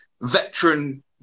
veteran